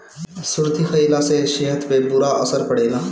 सुरती खईला से सेहत पे बुरा असर पड़ेला